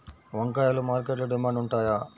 వంకాయలు మార్కెట్లో డిమాండ్ ఉంటాయా?